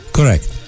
Correct